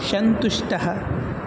सन्तुष्टः